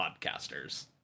podcasters